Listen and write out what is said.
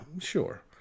sure